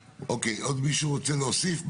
עוד מישהו רוצה להוסיף משהו?